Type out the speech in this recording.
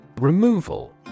Removal